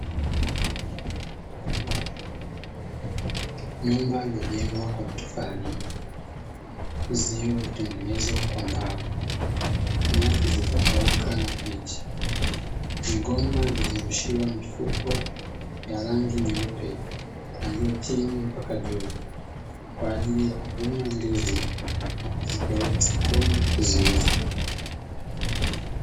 Nyumba iliyojengwa kwa matofari, uzio uliyotengenezwa kwa mbao, nyasi zilizokauka na mbichi, migomba iliozungushiwa mifuko ya rangi nyeupe kuanzia chini mpaka juu kwa ajili ya kuvuna ndizi na kuzipeleka sokoni kuziuza.